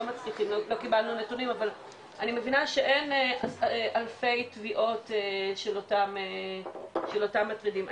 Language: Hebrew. מצליחים לא קיבלנו נתונים אבל אני מבינה אלפי תביעות של אותם מטרידים,